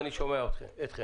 ואני שומע אתכם.